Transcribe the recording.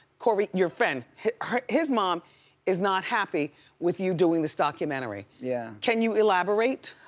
cory, your friend, his mom is not happy with you doing this documentary. yeah can you elaborate?